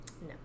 No